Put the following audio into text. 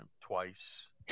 twice